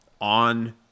on